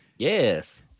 Yes